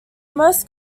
most